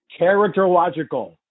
Characterological